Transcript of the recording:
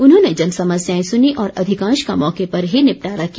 उन्होंने जन समस्याएं सुनीं और अधिकांश का मौके पर निपटारा किया